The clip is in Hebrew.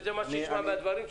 זה מה שנשמע מהדברים שלך.